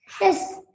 Yes